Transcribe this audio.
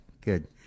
good